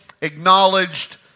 acknowledged